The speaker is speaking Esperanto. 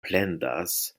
plendas